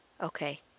okay